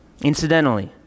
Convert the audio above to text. Incidentally